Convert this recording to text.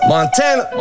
Montana